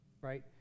right